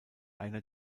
einer